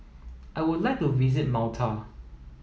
I would like to visit Malta